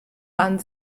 waren